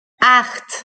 acht